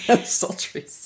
Sultry